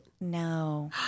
No